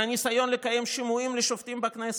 מהניסיון לקיים שימועים לשופטים בכנסת,